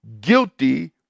guilty